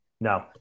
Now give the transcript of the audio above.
no